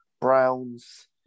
Browns